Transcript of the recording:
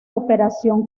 operación